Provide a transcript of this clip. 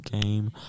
game